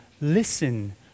listen